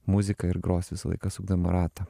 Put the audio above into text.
muzika ir gros visą laiką sukdama ratą